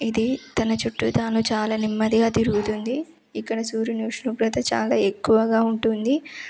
ఇది తన చుట్టూ తాను చాలా నెమ్మదిగా తిరుగుతుంది ఇక్కడ సూర్యుని ఉష్ణోగ్రత చాలా ఎక్కువగా ఉంటుంది